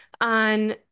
on